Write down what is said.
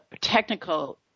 technical